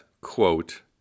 quote